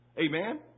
Amen